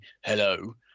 hello